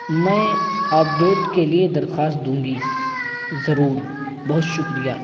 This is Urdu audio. میں اپڈیٹ کے لیے درخواست دوں گی ضرور بہت شکریہ